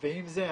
ועם זה,